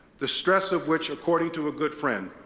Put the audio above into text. the stress of which, according to a good friend,